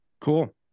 Cool